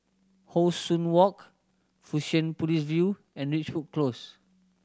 How Sun Walk Fusionopolis View and Ridgewood Close